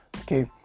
Okay